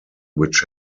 which